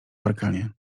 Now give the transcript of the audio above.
parkanie